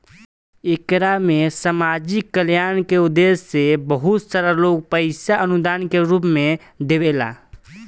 एकरा में सामाजिक कल्याण के उद्देश्य से बहुत सारा लोग पईसा अनुदान के रूप में देवेला